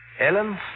Ellen